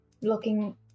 looking